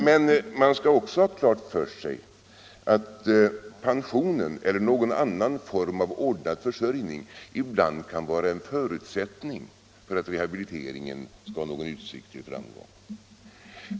Men man skall också ha klart för sig att pension eller någon annan form av ordnad försörjning ibland kan vara en förutsättning för att rehabilitering skall ha någon utsikt till framgång.